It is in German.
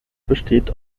besteht